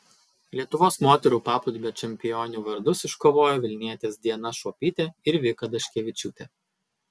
lietuvos moterų paplūdimio čempionių vardus iškovojo vilnietės diana šuopytė ir vika daškevičiūtė